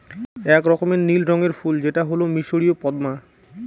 এক রকমের নীল রঙের ফুল যেটা হল মিসরীয় পদ্মা